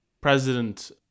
president